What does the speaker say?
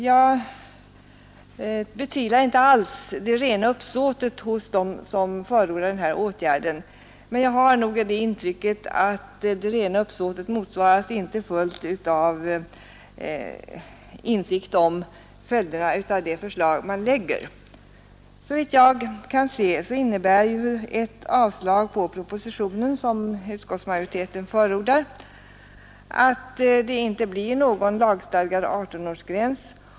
Jag betvivlar inte alls det rena uppsåtet hos dem som vill avskaffa mellanölet, men jag har intrycket att det rena uppsåtet inte motsvaras fullt ut av insikt om följderna av vad utskottet föreslår. Såvitt jag kan se innebär ju ett avslag på propositionen, som utskottsmajoriteten förordar, att det inte blir någon lagstadgad 18-årsgräns.